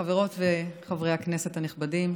חברות וחברי הכנסת הנכבדים,